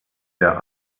der